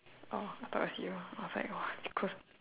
orh I thought it was you I was like close